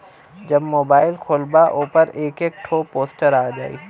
जब मोबाइल खोल्बा ओपर एक एक ठो पोस्टर आ जाई